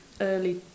early